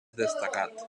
destacat